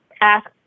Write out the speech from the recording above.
ask